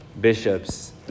bishops